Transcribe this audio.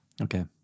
Okay